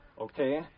okay